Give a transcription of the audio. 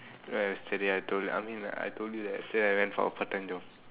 right yesterday I told you I mean like I told you that yesterday I went for a part time job